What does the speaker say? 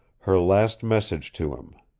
her last message to him.